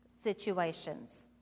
situations